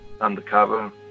undercover